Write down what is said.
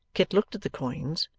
kit looked at the coins,